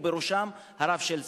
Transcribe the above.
ובראשם הרב של צפת.